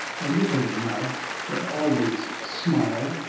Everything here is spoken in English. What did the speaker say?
a little mouth that always smiled,